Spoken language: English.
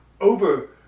Over